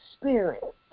Spirit